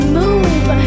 move